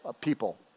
people